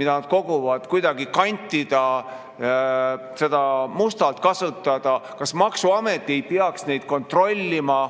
mida nad koguvad, kuidagi kantida, mustalt kasutada. Kas maksuamet ei peaks neid kontrollima?